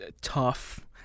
tough